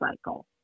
cycle